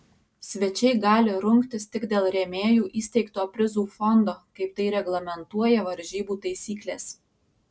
svečiai gali rungtis tik dėl rėmėjų įsteigto prizų fondo kaip tai reglamentuoja varžybų taisyklės